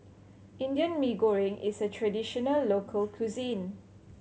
Indian Mee Goreng is a traditional local cuisine